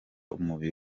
umubiri